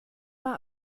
mah